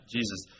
Jesus